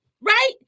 right